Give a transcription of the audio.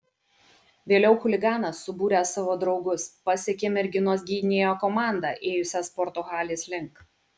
vėliau chuliganas subūręs savo draugus pasekė merginos gynėjo komandą ėjusią sporto halės link